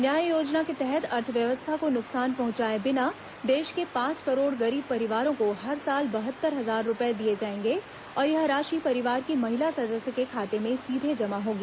न्याय योजना के तहत अर्थव्यवस्था को नुकसान पहुंचाय बिना देश के पांच करोड़ गरीब परिवारों को हर साल बहत्तर हजार रूपए दिए जाएंगे और यह राशि परिवार की महिला सदस्य के खाते में सीधे जमा होगी